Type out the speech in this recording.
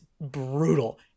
brutal